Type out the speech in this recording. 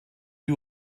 you